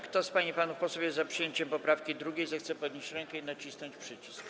Kto z pań i panów posłów jest za przyjęciem poprawki 2., zechce podnieść rękę i nacisnąć przycisk.